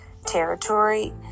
territory